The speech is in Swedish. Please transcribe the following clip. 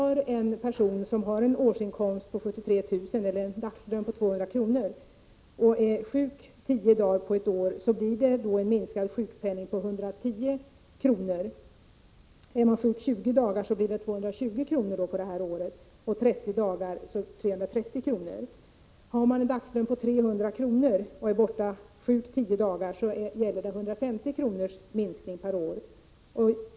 För en person som har en årsinkomst på 73 000 kr., eller en dagslön på 200 kr., och som är sjuk 10 dagar under ett år blir minskningen av sjukpenningen 110 kr. Om personen i fråga är sjuk 20 dagar under ett år, blir minskningen 220 kr. Är det fråga om 30 dagar, blir minskningen 330 kr. Om man har en dagslön på 300 kr. och är sjuk 10 dagar under ett år, blir minskningen 150 kr.